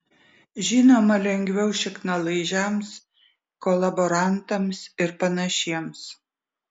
žinoma lengviau šiknalaižiams kolaborantams ir panašiems